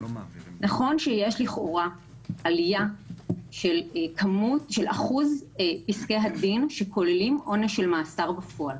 נכון שיש לכאורה עלייה של אחוז פסקי הדין שכוללים עונש של מאסר בפועל,